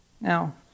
Now